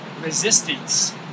resistance